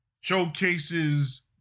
showcases